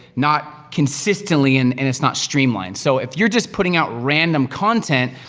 not consistently, and and it's not streamlined. so, if you're just putting out random content,